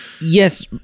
yes